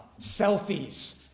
Selfies